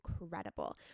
incredible